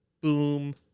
boom